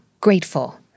grateful